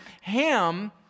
Ham